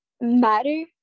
matter